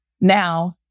Now